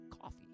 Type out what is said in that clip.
coffee